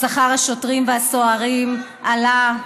שכר השוטרים והסוהרים עלה,